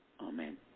Amen